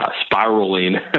Spiraling